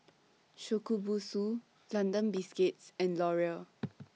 Shokubutsu London Biscuits and Laurier